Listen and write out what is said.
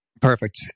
Perfect